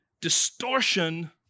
distortion